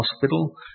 hospital